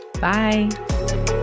Bye